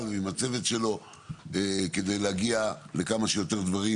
ועם הצוות שלו כדי להגיע לכמה שיותר דברים